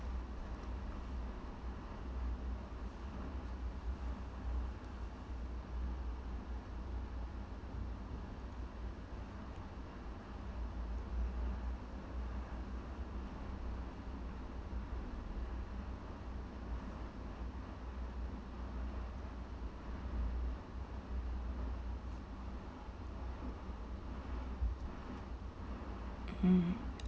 mm